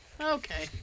Okay